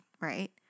right